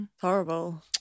horrible